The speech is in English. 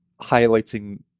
highlighting